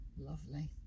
Lovely